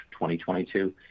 2022